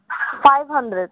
five hundred